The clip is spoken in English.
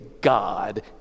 God